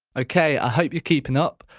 okay i hope you're keeping up.